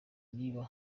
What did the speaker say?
niba